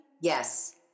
Yes